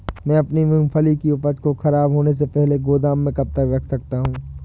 मैं अपनी मूँगफली की उपज को ख़राब होने से पहले गोदाम में कब तक रख सकता हूँ?